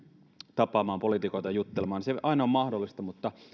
tapaamaan poliitikoita juttelemaan ei aina ole mahdollista mutta